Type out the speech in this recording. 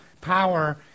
power